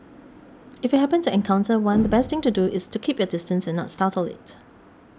if you happen to encounter one the best thing to do is to keep your distance and not startle it